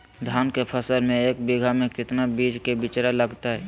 धान के फसल में एक बीघा में कितना बीज के बिचड़ा लगतय?